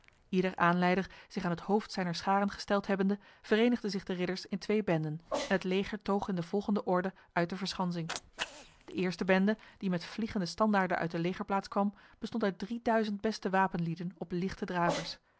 ieder aanleider zich aan het hoofd zijner scharen gesteld hebbende verenigde zich de ridders in twee benden en het leger toog in de volgende orde uit de verschansing de eerste bende die met vliegende standaarden uit de legerplaats kwam bestond uit drieduizend beste wapenlieden op lichte dravers